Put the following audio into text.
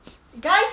guys